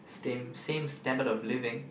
same same standard of living